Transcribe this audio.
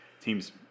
teams